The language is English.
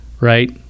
right